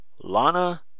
Lana